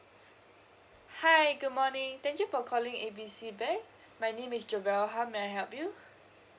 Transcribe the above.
hi good morning thank you for calling A B C bank my name is jovelle how may I help you